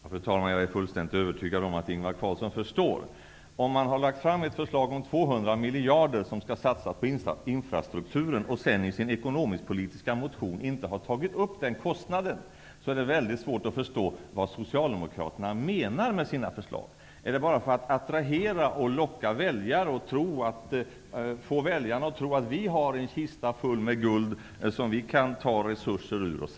Fru talman! Jag är fullständigt övertygad om att Ingvar Carlsson förstår. Om Socialdemokraterna har lagt fram ett förslag om att 200 miljarder skall satsas på infrastrukturen och sedan i sin ekonomiska motion inte tar upp den kostnaden, är det svårt att förstå vad Socialdemokraterna menar med sina förslag. Vill man bara för att locka väljare få människor att tro att man har en kista full med guld, som man kan göra satsningar med?